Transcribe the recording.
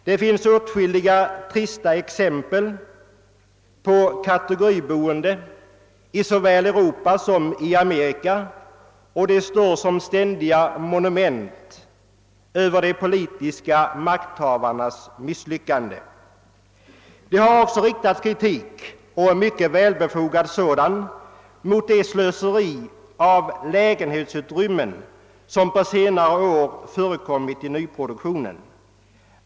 Det finns åtskilliga trista exempel på kategoriboende i såväl Europa som Amerika, och sådan bebyggelse står som monument över de politiska makthavarnas misslyckande. Det har också riktats kritik — och en mycket befogad sådan — mot det slöseri med lägenhetsutrymmen som på senare år förekommit i nyproduktionen.